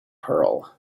pearl